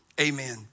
Amen